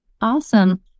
Awesome